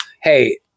hey